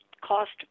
cost